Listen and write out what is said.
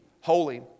holy